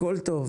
הכל טוב.